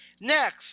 Next